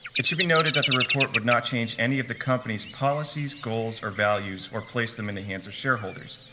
it should be noted that the report would not change any of the company's policies, goals, or values, or place them in the hands of shareholders.